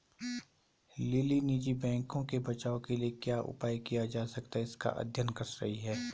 lily निजी बैंकों के बचाव के लिए क्या उपाय किया जा सकता है इसका अध्ययन कर रही है